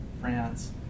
France